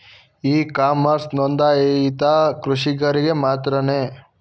E commerce ನೊಂದಾಯಿತ ಕೃಷಿಕರಿಗೆ ಮಾತ್ರವೇ?